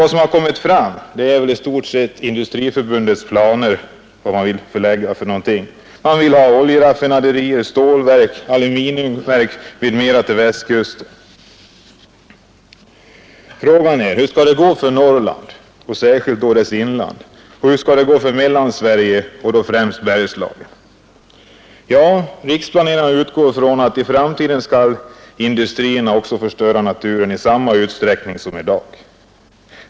Vad som kommit fram är vad Industriförbundet planerar, nämligen oljeraffinaderier, stålverk, aluminiumverk m.m. till Västkusten. Frågan är hur det skall gå för Norrland, särskilt dess inland. Och hur skall det gå för Mellansverige, främst Bergslagen? Riksplanerarna utgår ifrån att industrierna i framtiden skall förstöra naturen i samma utsträckning som i dag.